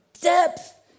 depth